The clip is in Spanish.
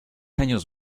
años